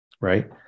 right